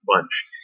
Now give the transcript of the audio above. bunch